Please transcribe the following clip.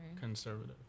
conservative